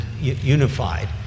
unified